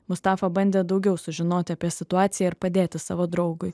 mustafa bandė daugiau sužinoti apie situaciją ir padėti savo draugui